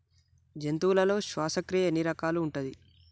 జంతువులలో శ్వాసక్రియ ఎన్ని రకాలు ఉంటది?